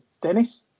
Dennis